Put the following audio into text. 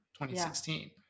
2016